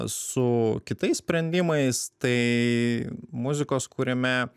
su kitais sprendimais tai muzikos kūrime